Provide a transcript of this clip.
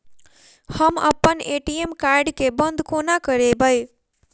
हम अप्पन ATM card केँ बंद कोना करेबै?